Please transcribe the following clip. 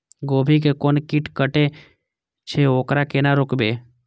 गोभी के कोन कीट कटे छे वकरा केना रोकबे?